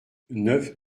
neuf